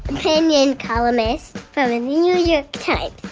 opinion columnist for the new york times.